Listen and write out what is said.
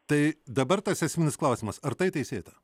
tai dabar tas esminis klausimas ar tai teisėta